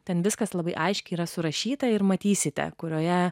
ten viskas labai aiškiai yra surašyta ir matysite kurioje